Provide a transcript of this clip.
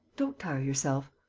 don't tire yourself.